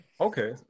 Okay